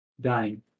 dying